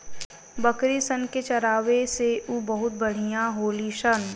बकरी सन के चरावे से उ बहुते बढ़िया होली सन